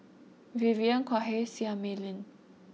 Vivien Quahe Seah Mei Lin